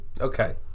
Okay